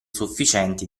sufficienti